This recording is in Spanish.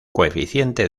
coeficiente